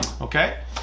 okay